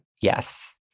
Yes